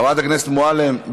חברת הכנסת מועלם,